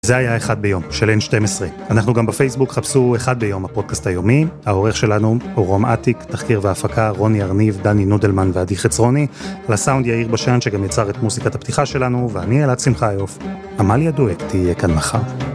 זה היה אחד ביום, של N12, אנחנו גם בפייסבוק, חפשו אחד ביום הפודקאסט היומי, העורך שלנו הוא רום אטיק, תחקיר והפקה: רוני ארניב, דני נודלמן, ועדי חצרוני. על הסאונד יאיר בשן שגם יצר את מוזיקת הפתיחה שלנו ואני אלעד שמחיוף. עמליה דואק תהיה כאן מחר.